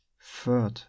Third